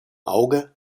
auge